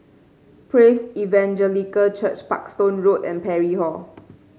Praise Evangelical Church Parkstone Road and Parry Hall